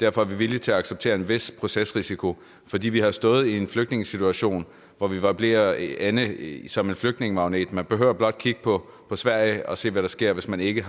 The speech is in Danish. Derfor er vi villige til at acceptere en vis procesrisiko, fordi man har stået i en flygtningesituation, hvor man var ved at ende som flygtningemagnet. Man behøver blot at kigge på Sverige for at se, hvad der sker, hvis man ikke